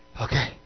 Okay